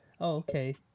Okay